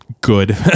Good